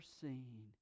seen